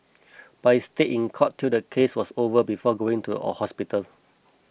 but he stayed in court till the case was over before going to a hospital